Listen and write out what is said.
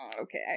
Okay